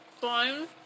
fine